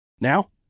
Now